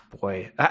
boy